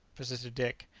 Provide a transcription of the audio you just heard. persisted dick.